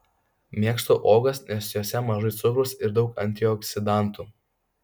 mėgstu uogas nes jose mažai cukraus ir daug antioksidantų